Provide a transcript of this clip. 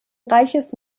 reiches